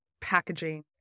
packaging